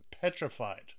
petrified